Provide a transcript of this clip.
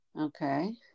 Okay